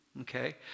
Okay